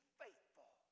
faithful